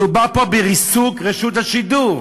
מדובר פה בריסוק רשות השידור.